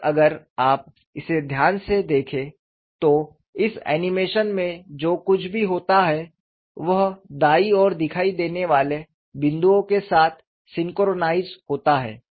और अगर आप इसे ध्यान से देखें तो इस एनिमेशन में जो कुछ भी होता है वह दाईं ओर दिखाई देने वाले बिंदुओं के साथ सिनक्रोनाइज़ होता है